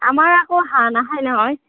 আমাৰ আকৌ হাঁহ নাখায় নহয়